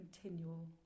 continual